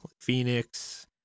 Phoenix